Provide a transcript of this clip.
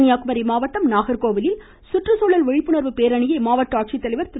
கன்னியாகுமரி மாவட்டம் நாகர்கோவிலில் சுற்றுச்சூழல் விழிப்புணர்வு பேரணியை மாவட்ட ஆட்சித்தலைவா திரு